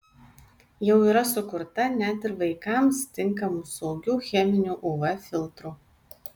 jau yra sukurta net ir vaikams tinkamų saugių cheminių uv filtrų